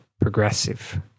progressive